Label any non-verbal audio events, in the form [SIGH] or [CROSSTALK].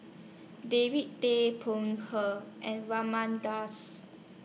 David Tay Poey Cher and Raman Daud [UNINTELLIGIBLE]